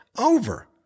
over